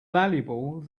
valuable